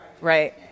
Right